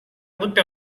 looked